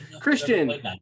christian